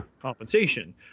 compensation